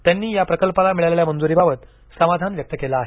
त्यांनी प्रकल्पाला मिळालेल्या मंजुरीबाबत समाधान व्यक्त केलं आहे